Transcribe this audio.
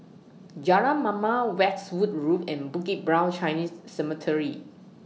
Jalan Mamam Westwood Road and Bukit Brown Chinese Cemetery